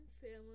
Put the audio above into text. family